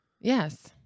Yes